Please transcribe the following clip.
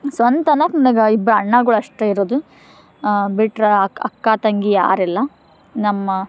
ಸ್ವಂತ ಅನ್ನೋಕೆ ನನ್ಗೆ ಇಬ್ರು ಅಣ್ಣಗಳು ಅಷ್ಟೇ ಇರೋದು ಬಿಟ್ರೆ ಅಕ್ಕ ಅಕ್ಕ ತಂಗಿ ಯಾರಿಲ್ಲ ನಮ್ಮ